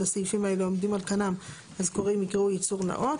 הסעיפים האלה עומדים על כנם אז קוראים יקראו "ייצור נאות".